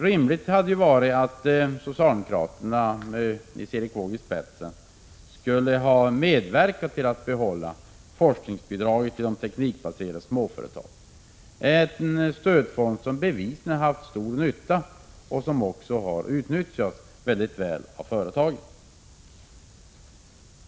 Rimligt hade varit att socialdemokraterna med Nils Erik Wååg i spetsen hade medverkat till att behålla forskningsbidraget till de teknikbaserade småföretagen. Det är en stödform som bevisligen varit till stor nytta och som också har utnyttjats väl av företagen.